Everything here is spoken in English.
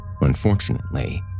Unfortunately